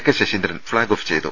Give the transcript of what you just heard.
K Saseendran flag off ചെയ്തു